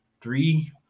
three